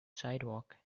sidewalk